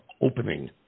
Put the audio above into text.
opening